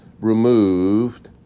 removed